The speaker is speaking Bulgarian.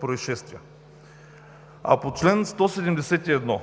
произшествия. По чл. 171